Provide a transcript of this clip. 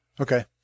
okay